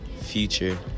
Future